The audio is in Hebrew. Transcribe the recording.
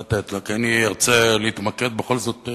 כי אני ארצה להתמקד בכל זאת,